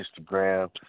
Instagram